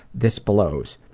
this blows.